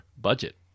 budget